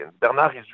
Bernard